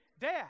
death